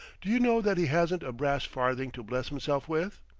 do you know that he hasn't a brass farthing to bless himself with?